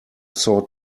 saw